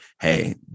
hey